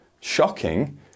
shocking